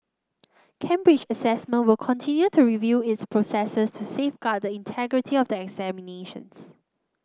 Cambridge Assessment will continue to review its processes to safeguard the integrity of the examinations